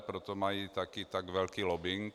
Proto mají také tak velký lobbing.